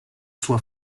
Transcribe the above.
sua